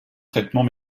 traitement